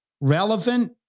relevant